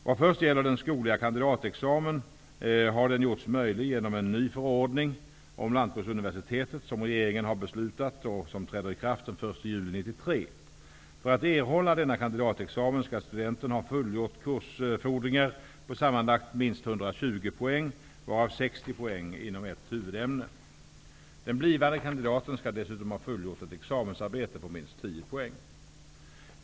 Vad först gäller den skogliga kandidatexamen har den gjorts möjlig genom en ny förordning om Lantbruksuniversitetet som regeringen har beslutat om och som träder i kraft den 1 juli 1993. För att erhålla denna kandidatexamen skall studenten ha fullgjort kursfordringar på sammanlagt minst 120 Den blivande kandidaten skall dessutom ha fullgjort ett examensarbete på minst 10 poäng.